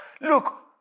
Look